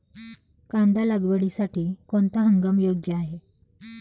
कांदा लागवडीसाठी कोणता हंगाम योग्य आहे?